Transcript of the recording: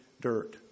dirt